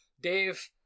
Dave